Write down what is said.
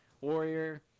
Warrior